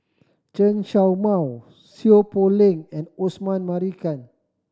Chen Show Mao Seow Poh Leng and Osman Merican